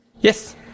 Yes